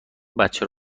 بچه